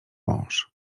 mąż